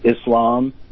Islam